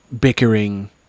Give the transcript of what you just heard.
bickering